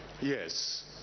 Yes